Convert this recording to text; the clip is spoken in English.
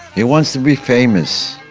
he wants to be famous,